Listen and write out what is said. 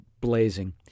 blazing